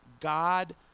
god